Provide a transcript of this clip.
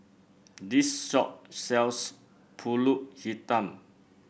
this shop sells pulut Hitam